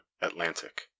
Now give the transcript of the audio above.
atlantic